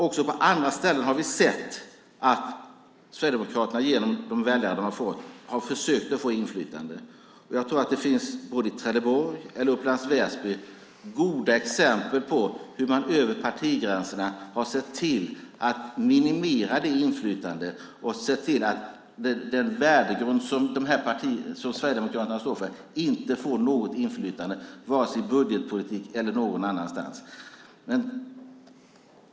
Också på andra ställen har vi sett att Sverigedemokraterna genom de väljare som de har fått har försökt att få inflytande. Både i Trelleborg och i Upplands Väsby finns goda exempel på hur man över partigränserna har sett till att minimera Sverigedemokraternas inflytande och att den värdegrund som de står för inte får något inflytande i vare sig budgetpolitik eller någon annanstans.